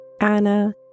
Anna